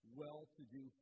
well-to-do